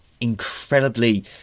incredibly